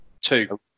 two